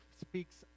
speaks